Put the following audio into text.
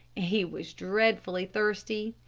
he was dreadfully thirsty.